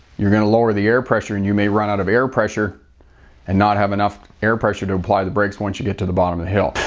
you're going to lower the air pressure and you may run out of air pressure and not have enough air pressure to apply the brakes once you get to the bottom of the hill.